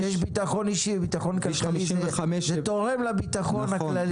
כשיש ביטחון אישי וביטחון כלכלי זה תורם לביטחון הכללי.